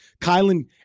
Kylan